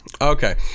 Okay